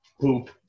poop